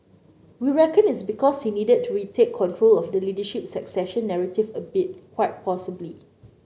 we reckon it's because he needed to retake control of the leadership succession narrative a bit quite possibly